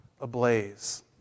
ablaze